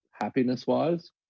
happiness-wise